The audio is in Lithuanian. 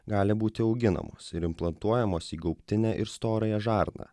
gali būti auginamos ir implantuojamos į gaubtinę ir storąją žarną